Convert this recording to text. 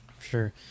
Sure